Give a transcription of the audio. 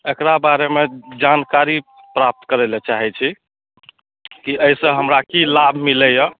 एकरा बारेमे जानकारी प्राप्त करय लए चाहय छी कि अइसँ हमरा की लाभ मिलइए